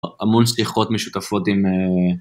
המון שיחות משותפות עם...